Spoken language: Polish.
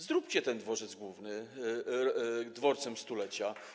Zróbcie ten Dworzec Główny dworcem 100-lecia.